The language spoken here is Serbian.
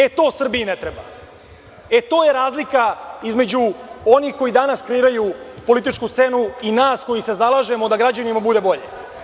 E to Srbiji ne treba i to je razlika između onih koji danas kreiraju političku scenu i nas koji se zalažemo da građanima bude bolje.